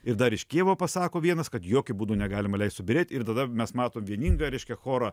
ir dar iš kijevo pasako vienas kad jokiu būdu negalima leist subyrėt ir tada mes matom vieningą reiškia chorą